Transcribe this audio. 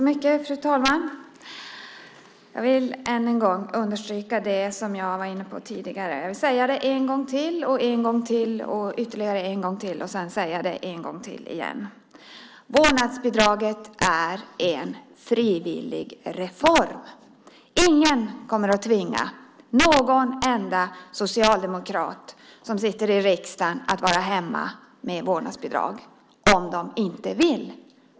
Fru talman! Jag vill än en gång understryka det som jag var inne på tidigare. Jag vill säga det en gång till, en gång till, ytterligare en gång till och säga det en gång till igen. Vårdnadsbidraget är en frivillig reform. Ingen kommer att tvinga någon enda socialdemokrat som sitter i riksdagen att vara hemma med vårdnadsbidrag om de inte vill.